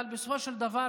אבל בסופו של דבר,